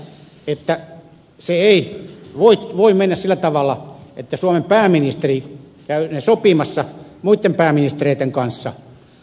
on selvää että se ei voi mennä sillä tavalla että suomen pääministeri käy ne sopimassa muitten pääministereitten kanssa